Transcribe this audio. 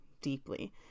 deeply